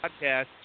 podcast